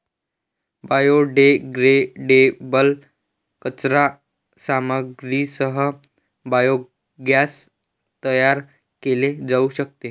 biodegradable कचरा सामग्रीसह biogas तयार केले जाऊ शकते